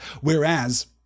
Whereas